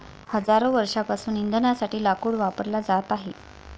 हजारो वर्षांपासून इंधनासाठी लाकूड वापरला जात आहे